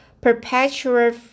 Perpetual